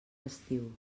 estiu